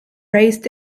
raised